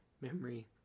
memory